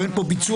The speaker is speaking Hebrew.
ואין פה ביצוע.